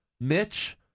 Mitch